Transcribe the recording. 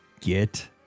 get